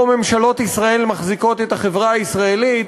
ממשלות ישראל מחזיקות את החברה הישראלית,